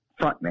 frontman